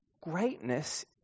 Greatness